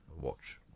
watch